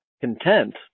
content